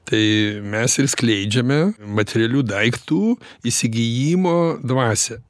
tai mes ir skleidžiame materialių daiktų įsigijimo dvasią